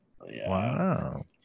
Wow